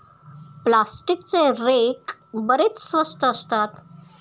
प्लास्टिकचे रेक बरेच स्वस्त असतात